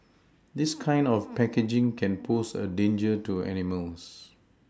this kind of packaging can pose a danger to animals